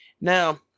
Now